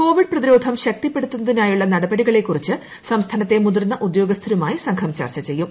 Covid പ്രതിരോധം ശക്തിപ്പെടുത്തുന്നതിനായുള്ള നടപടികളെക്കുറിച്ച് സംസ്ഥാനത്തെ മുതിർന്ന് ഉദ്യോഗസ്ഥരുമായി സംഘം ചർച്ച ചെയ്യും